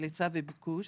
של הצע וביקוש,